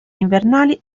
invernali